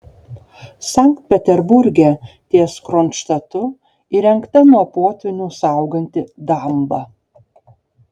sankt peterburge ties kronštatu įrengta nuo potvynių sauganti damba